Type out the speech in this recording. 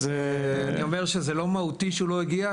אני אומר שזה לא מהותי שהוא לא הגיע,